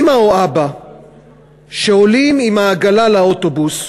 אימא או אבא שעולים עם העגלה לאוטובוס,